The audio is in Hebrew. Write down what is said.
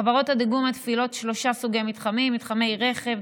חברות הדיגום מפעילות שלושה סוגי מתחמים: מתחמי רכב,